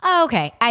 Okay